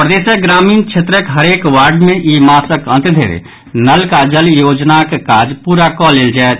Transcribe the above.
प्रदेशक ग्रामीण क्षेत्रक हरेक वार्ड मे ई मासक अंत धरि नल का जल योजनाक काज पूरा कऽ लेल जायत